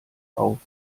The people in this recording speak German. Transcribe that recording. auf